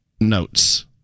Notes